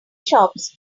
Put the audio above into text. shops